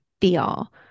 feel